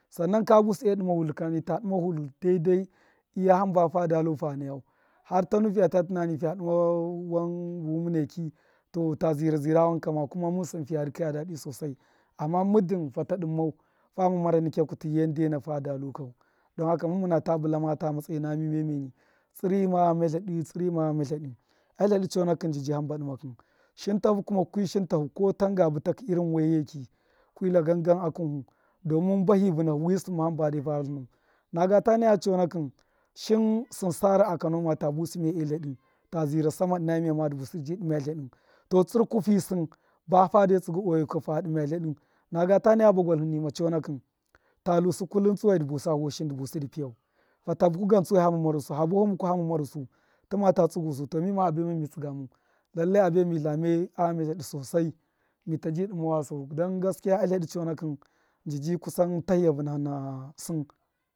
Sannan ka buse dṫma wutlṫ kani ta dṫma hu wuṫli daidai iya hamba fada lufa nayau har tanu fiya ta tunani ta dṫma buhu muneki to ta zira zira wanka ma kuma mun sin fa dikaya dadṫ sosai amma muddin fata dimmau fama mara nikya. Kuti yandena fada lu kaw dai haka mum muna ta bulama ta makayi nama mi miya miyeni tsṫrṫma ghama tladṫ tsṫrṫma ghama tladṫ a tladṫ chonakṫn nji di hamba dṫmakṫ shin tahu kuma kiru shin tahu gan gan ko tan ga bit akṫ irin waiye ki domun bahi vṫnahṫ wṫ sṫn ma hamba de fara tlṫnu naga ta naya chonakṫn shin sṫn sar a kane ma ta busṫ miya e tladṫ ta zina sama ṫna miya ma dṫ busṫ dṫbṫ dṫma tladṫ to tsṫrku fi sṫn bafado yi ka fa dṫma tladṫ naga ta nay aba gwalhu nima chonakṫn ta tlusṫ kullum tsuwai dṫ busa voshin dṫ busṫ dṫ piyau fata buku gan tsuwai hama maru su ha buwa hu mukwa hama maru su, tṫma la tsugusu to mima a baima mi tsuga mau lallai abe mi tlame a ghama tladṫ sosai mita bi dima wasau dan gaskiya a tladṫ chonakṫn nji ji kusan tashiya vanahṫ na sṫn.